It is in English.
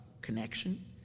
connection